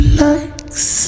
likes